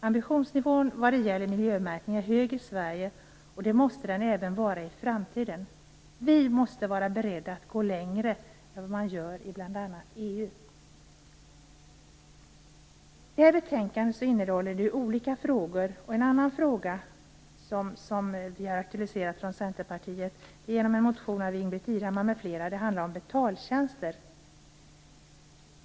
Ambitionsnivån vad gäller miljömärkning är hög i Sverige. Det måste den vara även i framtiden. Vi måste vara beredda att gå längre än man gör i bl.a. Betänkandet innehåller olika frågor. En annan fråga som vi i Centerpartiet har aktualiserat tas upp i en motion av Ingbritt Irhammar m.fl. Det handlar om betaltjänster.